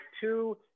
two